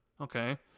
okay